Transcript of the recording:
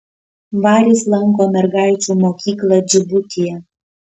varis lanko mergaičių mokyklą džibutyje